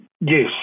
Yes